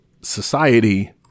society